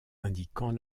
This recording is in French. indiquant